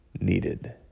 needed